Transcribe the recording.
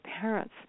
parents